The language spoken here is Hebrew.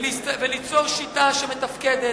וליצור שיטה שמתפקדת,